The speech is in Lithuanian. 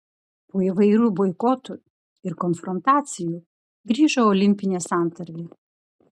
po įvairių boikotų ir konfrontacijų grįžo olimpinė santarvė